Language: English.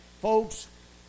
folks